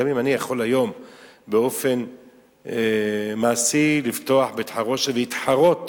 גם אם אני יכול היום באופן מעשי לפתוח בית-חרושת ולהתחרות